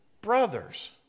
brothers